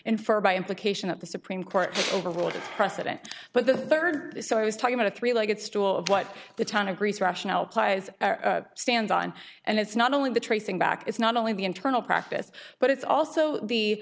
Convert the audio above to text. infer by implication that the supreme court overruled a precedent but the third so i was talking about a three legged stool of what the town agrees rationale plies stands on and it's not only the tracing back it's not only the internal practice but it's also the